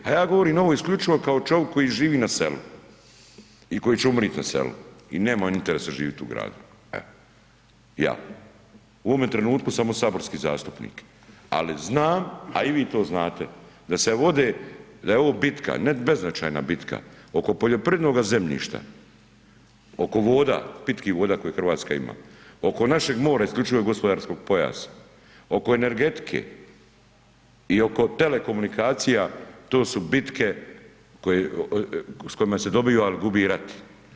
A ja govorim ovo isključivo kao čovik koji živi na selu i koji će umrit na selu i nemam interesa živit u gradu, evo ja, u ovome trenutku samo saborski zastupnik, ali znam, a i vi to znate da se vode, da je ovo bitka, ne beznačajna bitka oko poljoprivrednoga zemljišta, oko voda, pitkih voda koje Hrvatska ima, oko našeg mora isključivog gospodarskog pojasa, oko energetike i oko telekomunikacija to su bitke s kojima se dobiva il gubi rat.